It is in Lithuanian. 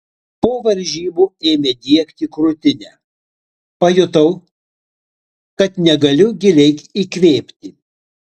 po varžybų ėmė diegti krūtinę pajutau kad negaliu giliai įkvėpti